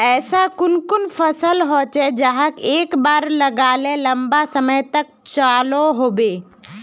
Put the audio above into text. ऐसा कुन कुन फसल होचे जहाक एक बार लगाले लंबा समय तक चलो होबे?